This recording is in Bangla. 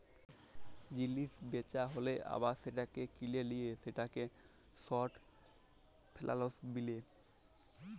জিলিস বেচা হ্যালে আবার সেটাকে কিলে লিলে সেটাকে শর্ট ফেলালস বিলে